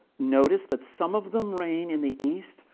notice that some of them reign in the east,